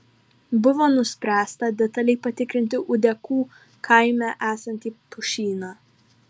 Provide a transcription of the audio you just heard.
buvo nuspręsta detaliai patikrinti ūdekų kaime esantį pušyną